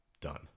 Done